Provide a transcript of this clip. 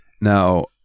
Now